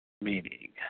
Meaning